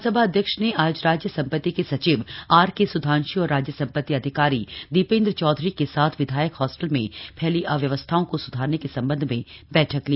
विधानसभा अध्यक्ष ने आज राज्य संपत्ति के सचिव आरके सुधांशु और राज्य संपत्ति अधिकारी दीपेन्द्र चौधरी के साथ विधायक हॉस्टल में फैली अव्यवस्थाओं को सुधारने के संबंध में बैठक की